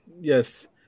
Yes